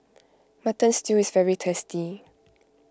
Mutton Stew is very tasty